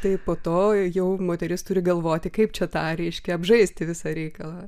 tai po to jau moteris turi galvoti kaip čia tą reiškia apžaisti visą reikalą